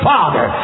Father